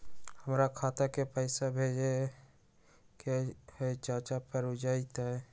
हमरा खाता के पईसा भेजेए के हई चाचा पर ऊ जाएत?